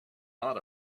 not